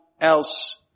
else